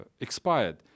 expired